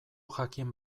jakin